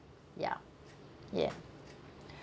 ya yeah